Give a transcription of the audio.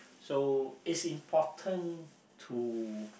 so is important to